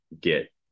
get